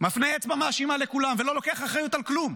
מפנה אצבע מאשימה אל כולם ולא לוקח אחריות על כלום,